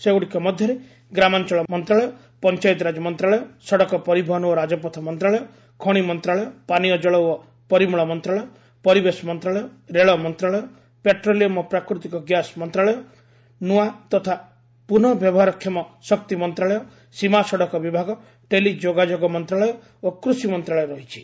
ସେଗୁଡ଼ିକ ମଧ୍ୟରେ ଗ୍ରାମାଞ୍ଚଳ ମନ୍ତ୍ରଣାଳୟ ପଞ୍ଚାୟତିରାଜ ମନ୍ତ୍ରଣାଳୟ ସଡ଼କ ପରିବହନ ଓ ରାଜପଥ ମନ୍ତ୍ରଣାଳୟ ଖଣି ମନ୍ତ୍ରଣାଳୟ ପାନୀୟଜଳ ଓ ପରିମଳ ମନ୍ତ୍ରଣାଳୟ ପରିବେଶ ମନ୍ତ୍ରଣାଳୟ ରେଳ ମନ୍ତ୍ରଣାଳୟ ପେଟ୍ରୋଲିୟମ ଓ ପ୍ରାକୃତିକ ଗ୍ୟାସ୍ ମନ୍ତ୍ରଣାଳୟ ନୂଆ ତଥା ପୁର୍ନବ୍ୟବହାରକ୍ଷମ ଶକ୍ତି ମନ୍ତ୍ରଣାଳୟ ସୀମା ସଡ଼କ ବିଭାଗ ଟେଲିଯୋଗାଯୋଗ ମନ୍ତ୍ରଣାଳୟ ଓ କୃଷି ମନ୍ତ୍ରଶାଳୟ ରହିଛି